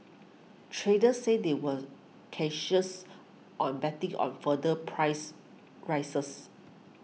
traders said they were cautious on betting on further price rises